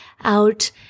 out